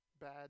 bad